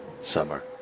Summer